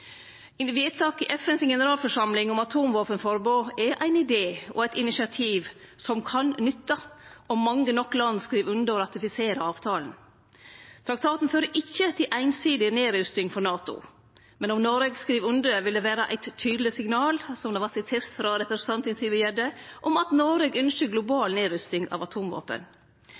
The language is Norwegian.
Eit vedtak i FNs generalforsamling om atomvåpenforbod er ein idé og eit initiativ som kan nytte – om mange nok land skriv under på og ratifiserer avtalen. Traktaten fører ikkje til einsidig nedrusting for NATO. Men om Noreg skriv under, vil det vere eit tydeleg signal – slik representanten Tybring-Gjedde siterte frå innstillinga – om at Noreg ynskjer global nedrusting av atomvåpen.